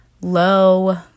low